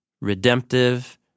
redemptive